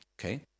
Okay